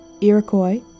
Iroquois